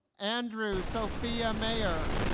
andrew sophia maier